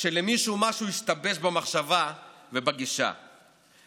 לשלם כסף ישירות למעסיקים כדי לעודד את העובדים לחזור לעבודה.